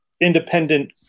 independent